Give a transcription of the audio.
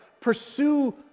Pursue